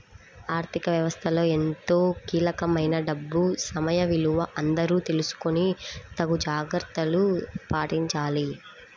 ఆర్ధిక వ్యవస్థలో ఎంతో కీలకమైన డబ్బు సమయ విలువ అందరూ తెలుసుకొని తగు జాగర్తలు పాటించాలి